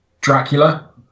dracula